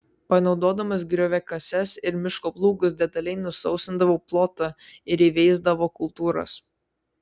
panaudodamas grioviakases ir miško plūgus detaliai nusausindavo plotą ir įveisdavo kultūras